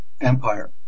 Empire